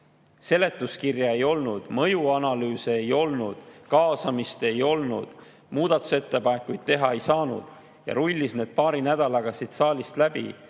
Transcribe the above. seletuskirja ei olnud, mõjuanalüüse ei olnud, kaasamist ei olnud, muudatusettepanekuid teha ei saanud – ja rullis need paari nädalaga siit saalist läbi.